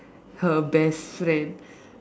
her best friend